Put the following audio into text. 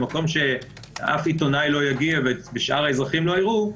למקום שאף עיתונאי לא יגיע ושאר האזרחים לא יראו,